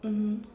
mmhmm